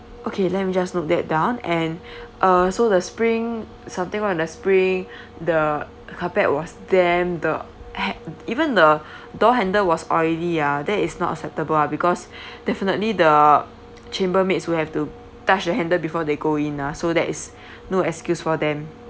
okay let me just note that down and uh so the spring something on the spring the carpet was damp the ha~ even the door handle was oily ah that is not acceptable ah because definitely the chambermaids will have to touch the handle before they go in ah so that is no excuse for them